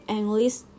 English